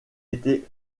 était